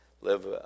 live